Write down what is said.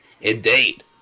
Indeed